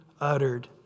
uttered